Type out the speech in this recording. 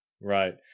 Right